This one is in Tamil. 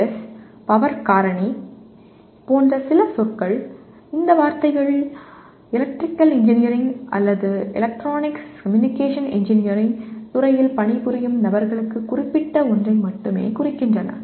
எஸ் பவர் காரணி போன்ற சில சொற்கள் இந்த வார்த்தைகள் எலக்ட்ரிக்கல் இன்ஜினியரிங் அல்லது எலக்ட்ரானிக்ஸ் கம்யூனிகேஷன் இன்ஜினியரிங் துறையில் பணிபுரியும் நபர்களுக்கு குறிப்பிட்ட ஒன்றை மட்டுமே குறிக்கின்றன